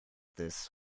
this